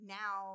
now